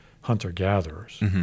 hunter-gatherers